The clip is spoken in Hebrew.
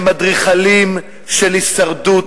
הם אדריכלים של הישרדות.